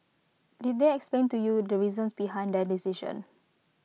did they explain to you the reasons behind their decision